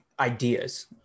Ideas